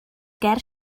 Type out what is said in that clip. ger